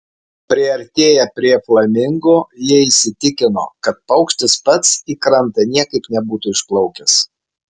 priartėję prie flamingo jie įsitikino kad paukštis pats į krantą niekaip nebūtų išplaukęs